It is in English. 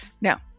Now